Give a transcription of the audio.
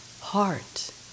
heart